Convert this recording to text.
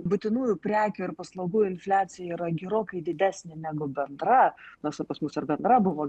būtinųjų prekių ir paslaugų infliacija yra gerokai didesnė negu bendra nors čia pas mus ir bendra buvo